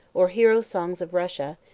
or hero-songs of russia,